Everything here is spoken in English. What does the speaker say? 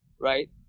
right